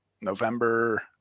november